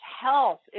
health